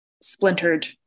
splintered